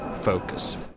focus